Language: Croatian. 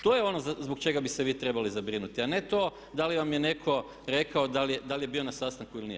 To je ono zbog čega bi se vi trebali zabrinuti, a ne to da li vam je netko rekao da li je bio na sastanku ili nije.